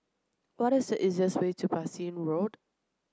what is the easiest way to Bassein Road